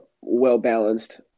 well-balanced